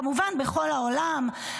וכמובן בכל העולם,